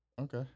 Okay